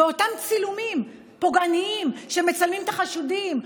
ואותם צילומים פוגעניים שמצלמים את החשודים,